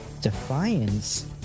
Defiance